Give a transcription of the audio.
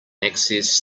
access